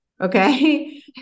Okay